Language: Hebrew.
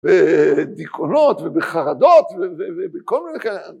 ו... אה... דיכאונות ובחרדות ו.. בכל מיני כאלה.